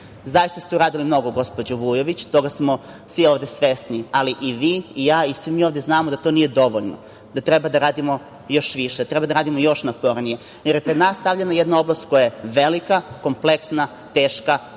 ste uradili mnogo, gospođo Vujović, toga smo svi ovde svesni. Ali, i vi i ja i svi ovde znamo da to nije dovoljno, da treba da radimo još više, još napornije, jer je pred nas stavljena jedna oblast koja je velika, kompleksna, teška